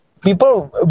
people